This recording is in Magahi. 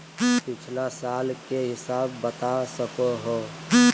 पिछला साल के हिसाब बता सको हो?